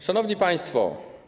Szanowni Państwo!